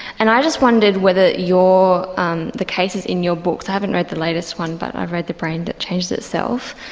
and i just wondered whether um the cases in your books, i haven't read the latest one but i've read the brain that changes itself,